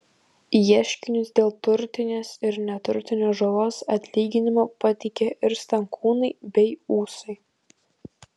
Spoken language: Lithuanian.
ieškinius dėl turtinės ir neturtinės žalos atlyginimo pateikė ir stankūnai bei ūsai